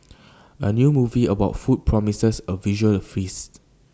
A new movie about food promises A visual A feast